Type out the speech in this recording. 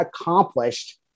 accomplished